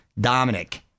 Dominic